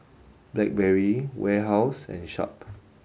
Blackberry Warehouse and Sharp